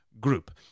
group